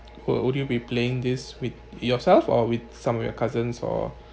would would you be playing this with yourself or with some of your cousins or